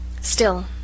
Still